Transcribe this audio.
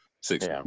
six